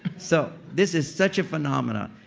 so this is such a phenomenon.